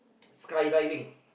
sky diving